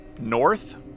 north